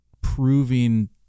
proving